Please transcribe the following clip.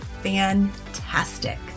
fantastic